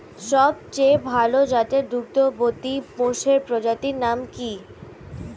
সবচেয়ে ভাল জাতের দুগ্ধবতী মোষের প্রজাতির নাম কি?